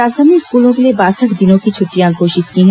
शासन ने स्कूलों के लिए बासठ दिनों की छुटिटयां घोषित की हैं